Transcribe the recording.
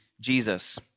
Jesus